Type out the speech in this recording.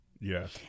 yes